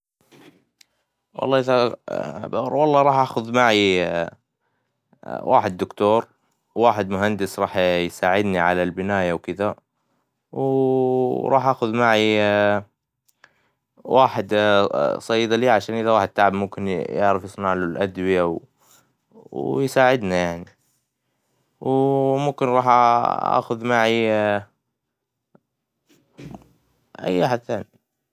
لوالله إذا- ب- والله أروح اخد معي, واحد دكتور, وواحد مهندس راح يساعدني للبنايا وكدا, و راح آخذ معي, واحد أ- صيدلي, عشان إذا واحد تعب ممكن يعر يصنعله أدوية, ويساعدنا يعني, و ممكن راح آخذ معي, أي احد ثاني.